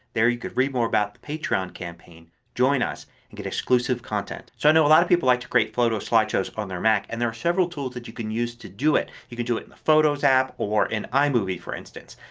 there you can read more about the patreon campaign. join us and get exclusive content. so i know a lot of people like to create photo slideshows on their mac and there are several tools that you can use to do it. you can do it in the photos app or in imovie for instance.